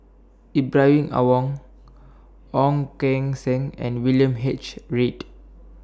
Ibrahim Awang Ong Keng Sen and William H Read